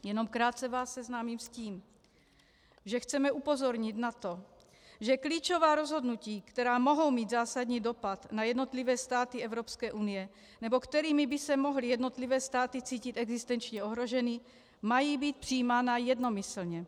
Jenom krátce vás seznámím s tím, že chceme upozornit na to, že klíčová rozhodnutí, která mohou mít zásadní dopad na jednotlivé státy Evropské unie nebo kterými by se mohly jednotlivé státy cítit existenčně ohroženy, mají být přijímána jednomyslně.